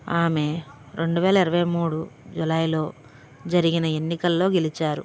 ఆమె రెండువేల ఇరవై మూడు జూలైలో జరిగిన ఎన్నికలలో గెలిచారు